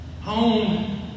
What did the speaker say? home